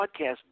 podcast